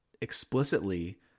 explicitly